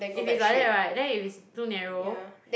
if is like that right then if it's too narrow